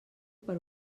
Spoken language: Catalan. per